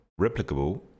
replicable